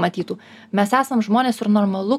matytų mes esam žmonės ir normalu